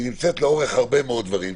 היא לאורך הרבה מאוד דברים.